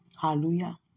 Hallelujah